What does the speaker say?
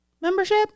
membership